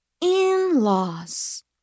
in-laws